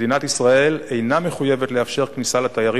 מדינת ישראל אינה מחויבת לאפשר כניסה לתיירים